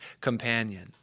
companion